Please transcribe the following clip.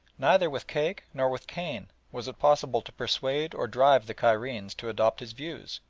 neither with cake nor with cane was it possible to persuade or drive the cairenes to adopt his views.